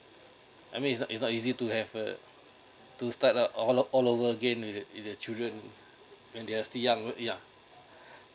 I mean is not is not easy to have uh to start a all all over again with the with the children when they are still young yeah